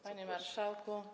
Panie Marszałku!